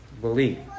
believe